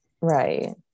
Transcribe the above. Right